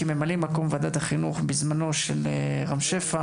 כממלא מקום של רם שפע בוועדת חינוך,